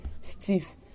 stiff